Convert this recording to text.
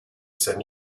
send